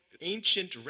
ancient